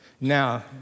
Now